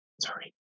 Sorry